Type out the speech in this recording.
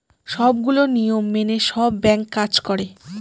সবগুলো নিয়ম মেনে সব ব্যাঙ্ক কাজ করে